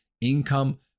income